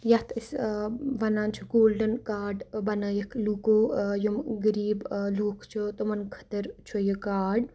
یَتھ أسۍ وَنان چھِ گولڈَن کارڈ بَنٲیِکھ لوٗکو یِم غریٖب لوٗکھ چھِ تِمَن خٲطٕر چھُ یہِ کارڈ